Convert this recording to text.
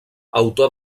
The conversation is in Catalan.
autor